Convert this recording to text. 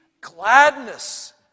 gladness